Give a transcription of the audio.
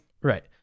right